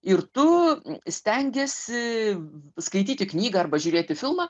ir tu stengiesi paskaityti knygą arba žiūrėti filmą